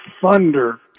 thunder